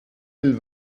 will